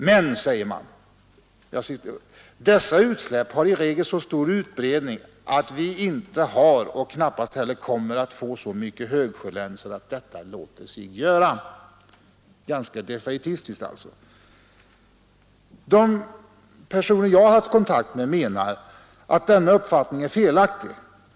Man säger dock: ”Dessa utsläpp har i regel så stor utbredning att vi inte har och knappast heller kommer att få så mycket högsjölänsor att detta låter sig göra! ” Man är alltså ganska defaitistisk. De personer jag haft kontakt med menar att denna uppfattning är felaktig.